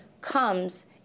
comes